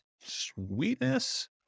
Sweetness